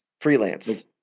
freelance